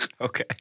Okay